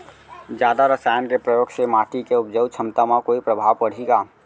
जादा रसायन के प्रयोग से माटी के उपजाऊ क्षमता म कोई प्रभाव पड़ही का?